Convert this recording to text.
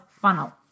funnel